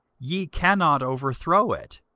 ye cannot overthrow it